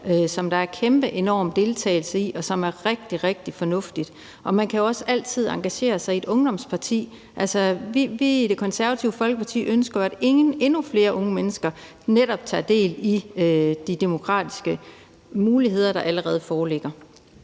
som der er kæmpestor deltagelse i, og som er rigtig, rigtig fornuftigt. Man kan også altid engagere sig i et ungdomsparti. Vi i Det Konservative Folkeparti ønsker netop, at endnu flere unge mennesker tager del i de demokratiske muligheder, der allerede foreligger.